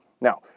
Now